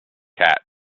cat